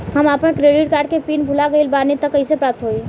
हम आपन credit card के पिन भुला गइल बानी त कइसे प्राप्त होई?